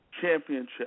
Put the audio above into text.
championship